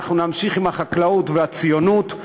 אנחנו נמשיך עם החקלאות והציונות,